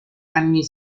anni